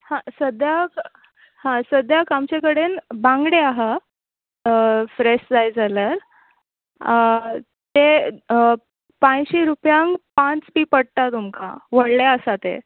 आं सद्याक आं सद्याक आमचे कडेन बांगडे आहा फ्रेश जाय जाल्यार ते पांयशी रुप्यांक पांच बी पोडटा तुमकां व्होडले आसा ते